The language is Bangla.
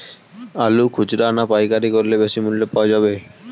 আলু খুচরা না পাইকারি করলে বেশি মূল্য পাওয়া যাবে?